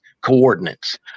coordinates